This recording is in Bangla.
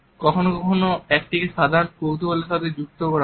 কখনও কখনও একটিকে সাধারন কৌতুহলের সাথে যুক্ত করা হয়